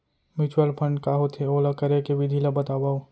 mutual fund का होथे, ओला करे के विधि ला बतावव